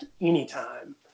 anytime